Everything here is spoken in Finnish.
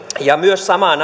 samaan